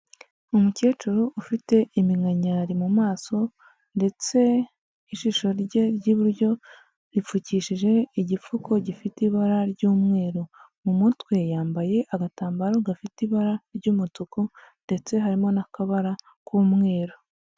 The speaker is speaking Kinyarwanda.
Umukecuru ufite iminkanyari mu maso ndetse ijisho rye ry'iburyo ripfukishije igifuko gifite ibara ry'umweru, mu mutwe yambaye agatambaro gafite ibara ry'umutuku ndetse harimo n'akabara k'umweru.